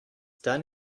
done